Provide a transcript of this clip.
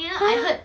!huh!